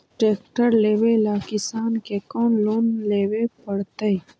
Tractor लेवेला किसान के कौन लोन लेवे पड़तई?